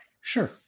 Sure